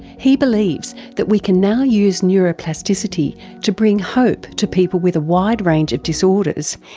he believes that we can now use neuroplasticity to bring hope to people with a wide range of disorders,